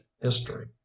history